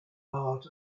part